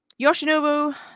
Yoshinobu